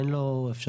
אין לו אפשרות,